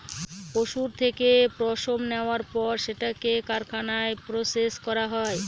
পশুর থেকে পশম নেওয়ার পর সেটাকে কারখানায় প্রসেস করা হয়